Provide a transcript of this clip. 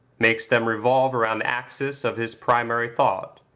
makes them revolve around the axis of his primary thought,